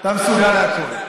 אתה מסוגל לכול.